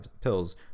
pills